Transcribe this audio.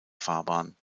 fahrbahn